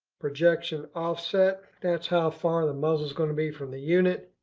projection offset. that's how far the muzzle is going to be from the unit.